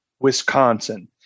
Wisconsin